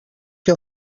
que